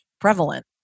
prevalent